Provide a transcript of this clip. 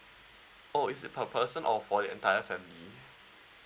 oh is it per person or for your entire family